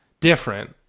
different